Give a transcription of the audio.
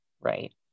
right